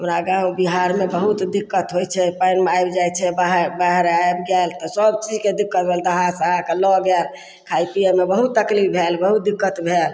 हमरा गाँव बिहारमे बहुत दिक्कत होइ छै पानि आबि जाइ छै बहा बहार आबि गेल तऽ सभचीजके दिक्कत भेल दहा सहाकऽ लऽ गेल खाइ पियैमे बहुत तकलीफ भेल बहुत दिक्कत भेल